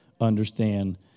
understand